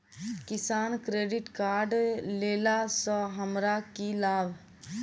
किसान credit card लेला सऽ हमरा की लाभ?